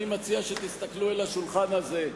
אני מציע שתסתכלו אל השולחן הזה,